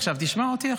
עכשיו תשמע אותי.